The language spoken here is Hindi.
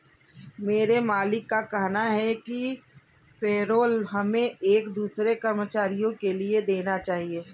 मेरे मालिक का कहना है कि पेरोल हमें एक दूसरे कर्मचारियों के लिए देना चाहिए